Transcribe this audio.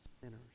sinners